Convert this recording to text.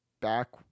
back